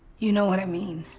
you know what i mean.